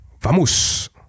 vamos